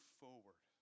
forward